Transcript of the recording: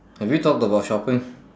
have we talked about shopping